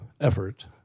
effort